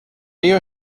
you